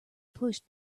pushed